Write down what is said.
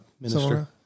Minister